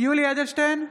יולי יואל אדלשטיין,